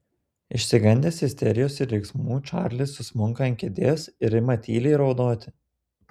išsigandęs isterijos ir riksmų čarlis susmunka ant kėdės ir ima tyliai raudoti